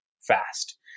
fast